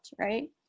right